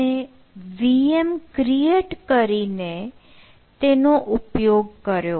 આપણે VM create કરીને તેનો ઉપયોગ કર્યો